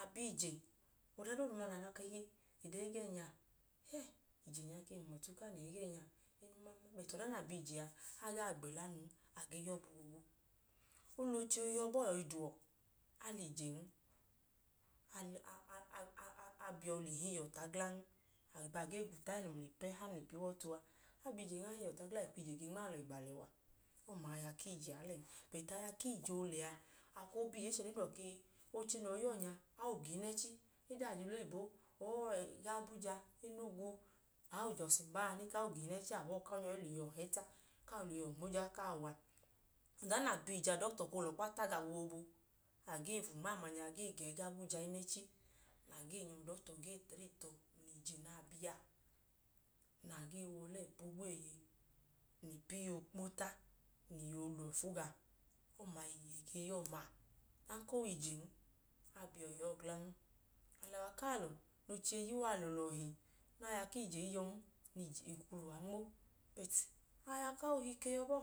A bi ije, ọda doodu na dọka, ii hẹ, ije nya ke hum ọtu kan le ya ẹgẹẹnya ng man, bẹt ọda noo ya nẹ a bi ije a, a gaa gbẹla nun, a gee ya ọọ pii. O lẹ oche ohi yọ bọọ yọi da uwọ, a lẹ ijen a nyọ a. a. a bi ọ le hẹ iyuwọ ta glan. Abaa ge gwuta inu ipu ẹha mla ipu iwọtu a, a bi ijen a hẹ iyuwọ ta glan, ikwu ije gen mo alọ ugbẹ alẹwa. Ọma aya ku ije alẹn. Bẹt aya ku ije oolẹ a, a koo bi ije ichẹ nya, nẹ e ka ka oche noo yọi ya uwọ nya awọ ọọ ga inẹchi, wẹda ajẹ ọlẹ oyibo ọọ ẹgọ aabuja, enugwu, aujọsin baa, ne ka awọ ga inẹchi abọọ ku awọ ọọ lẹ iyuwọ hẹta, ka awọ lẹ iyuwọ nmo je ẹẹ ku awọ ọọ wa. Ọda noo ya na bi ije a, udọtọ koo lẹ ọkpa tag awọ boobu, a gee fu nma amanya gee ga ẹgọ aabuja inẹchi, a gee nyọ udọtọ gee triti uwọ mla ije na bi a, na gee wa ọlẹ ipu ogweeye mla ipu iye oowuta mla iye oolọfu gawọ. Ọma ije ge ya ọma. Ọdanka o wẹ ijen, a bi ọ i yọọ glan. Alẹwa ku alọ, nẹ oche ya uwa lọọlọhi nẹ aya ku ije i yọn, ikwu lẹ uwa nmo. Bọt, aya ku aohi ke yọ bọọ